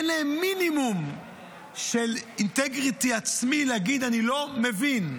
אין להם מינימום של אינטגריטי עצמי להגיד: אני לא מבין.